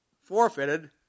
forfeited